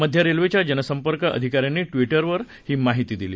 मध्य रेल्वेच्या जनसंपर्क अधिकाऱ्यांनी ट्विटरवर ही माहिती दिली